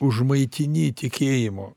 užmaitini tikėjimo